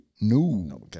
No